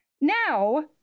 now